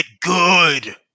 Good